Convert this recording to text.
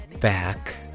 back